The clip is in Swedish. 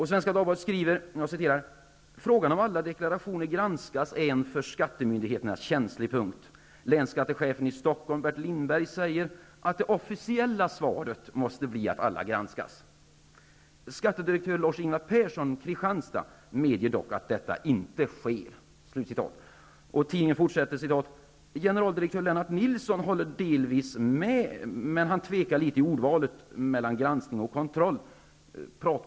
Svenska Dagbladet skriver: ''Frågan om alla deklarationer granskas är en för skattemyndigheterna känslig punkt. Länsskattechefen i Stockholm Bert Lindberg säger att det officiella svaret måste bli att alla granskas. Skattedirektör Lars Ingvar Persson, Kristianstad medger dock att detta inte sker.'' Nilsson håller delvis med men han tvekar lite i ordvalet mellan granskning och kontroll.